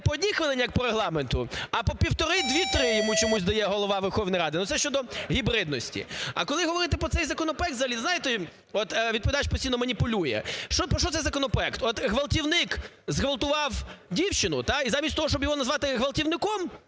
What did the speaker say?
не по одній хвилині, як по регламенту, а по півтори, дві, три йому чомусь дає Голова Верховної Ради, це щодо гібридності. А коли говорити про цей законопроект, взагалі, знаєте от відповідач постійно маніпулює. Про що цей законопроект? От ґвалтівник зґвалтував дівчину і замість того, щоб його назвати ґвалтівником,